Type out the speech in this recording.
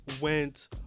went